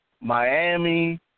Miami